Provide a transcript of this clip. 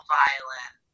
violent